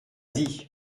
dit